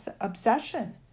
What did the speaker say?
obsession